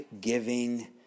giving